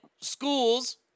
schools